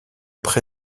pré